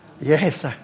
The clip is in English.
Yes